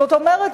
זאת אומרת,